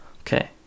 Okay